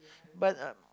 but um